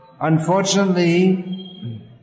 Unfortunately